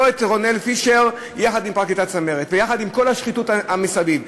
לא את רונאל פישר יחד עם פרקליטת צמרת יחד עם כל השחיתות מסביב.